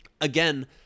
again